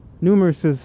Numerous